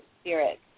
spirit